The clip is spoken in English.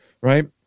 right